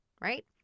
right